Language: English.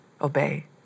obey